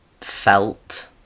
felt